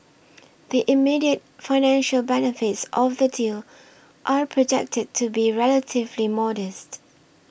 the immediate financial benefits of the deal are projected to be relatively modest